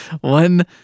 one